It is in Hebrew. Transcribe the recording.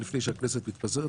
לפני שהכנסת מתפזרת,